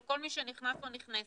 על כל מי שנכנס או נכנסת,